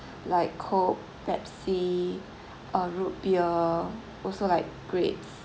like coke pepsi uh root beer also like grapes